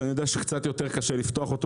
שאני יודע שקצת יותר קשה לפתוח אותו,